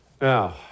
Now